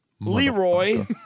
Leroy